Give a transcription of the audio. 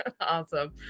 Awesome